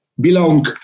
belong